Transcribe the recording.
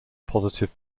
positive